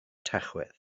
tachwedd